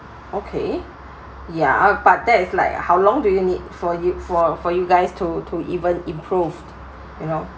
okay ya but that is like how long do you need for you for for you guys to to even improve you know